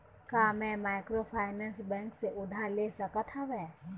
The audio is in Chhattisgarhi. का मैं माइक्रोफाइनेंस बैंक से उधार ले सकत हावे?